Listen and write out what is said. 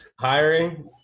hiring